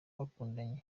bakundanye